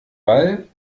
ball